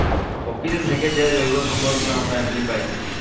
পকিতি থ্যাইকে যে জৈব সম্পদ গুলা আমরা এমলি পায়